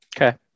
Okay